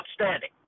outstanding